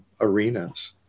arenas